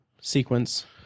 sequence